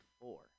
four